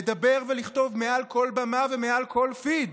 לדבר ולכתוב מעל כל במה ומעל כל פיד